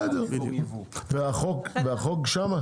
בסדר, והחוק שמה?